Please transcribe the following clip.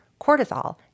cortisol